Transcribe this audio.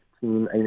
team